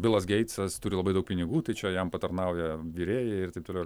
bilas geitsas turi labai daug pinigų tai čia jam patarnauja virėjai ir taip toliau